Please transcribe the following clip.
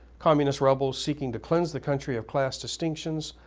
communist rebels seeking to cleanse the country of class distinctions,